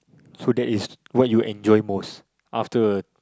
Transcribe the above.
so that is what you enjoy most after